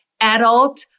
adult